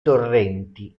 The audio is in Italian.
torrenti